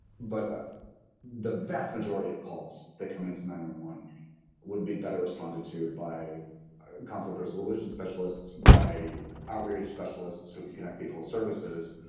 but ah the majority of calls that come into number one would be better responded to by conflict resolution specialists, by outreach specialists who could connect people services,